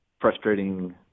frustrating